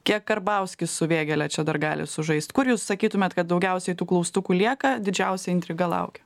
kiek karbauskis su vėgėle čia dar gali sužaist kur jūs sakytumėt kad daugiausiai tų klaustukų lieka didžiausia intriga laukia